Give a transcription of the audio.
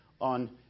on